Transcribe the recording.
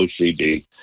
OCD